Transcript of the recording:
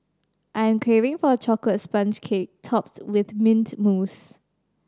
I am craving for a chocolate sponge cake topped with mint mousse